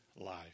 life